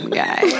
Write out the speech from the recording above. guy